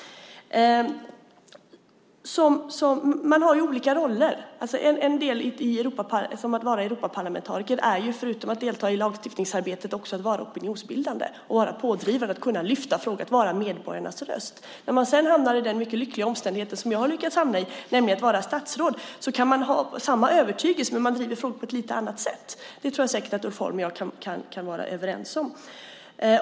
Man har olika roller. Att vara Europaparlamentariker innebär förutom att delta i lagstiftningsarbetet att vara opinionsbildande och pådrivande och att kunna lyfta fram frågor och vara medborgarnas röst. När man sedan hamnar i den mycket lyckliga omständigheten som jag har lyckats hamna i, nämligen att vara statsråd, kan man ha samma övertygelse. Men man driver frågor på ett lite annat sätt. Det tror jag säkert att Ulf Holm och jag kan vara överens om.